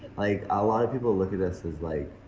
like a lot of people look at this as like